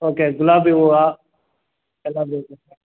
okay ಗುಲಾಬಿ ಹೂವ ಎಲ್ಲ ಬೇಕು ಸರ್